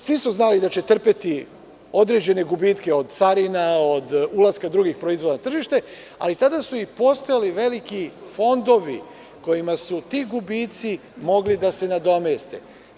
Svi su znali da će trpeti određene gubitke od carina, od ulaska drugih proizvoda na tržište, ali tada su postojali i veliki fondovi kojima su ti gubici mogli da se nadomeste.